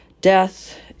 death